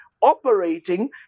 operating